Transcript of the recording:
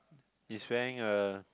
he is wearing a